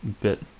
bit